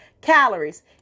calories